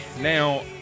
Now